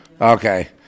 Okay